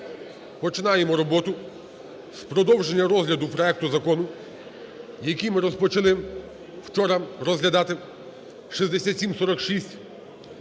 починаємо роботу з продовження розгляду проекту Закону, який ми розпочали вчора розглядати, 6746.